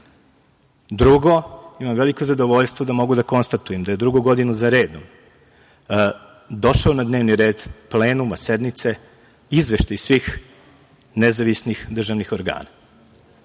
veliko mi je zadovoljstvo da konstatujem da je drugu godinu za redom došao na dnevni red plenuma sednice izveštaj svih nezavisnih državnih organa.